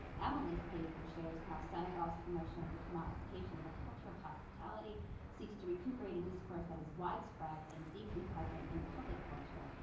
emily's paper shows how senegal's promotion of the commodification of a culture of hospitality seeks to recuperate a discourse that is widespread and deeply present in public culture,